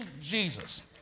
Jesus